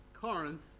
Corinth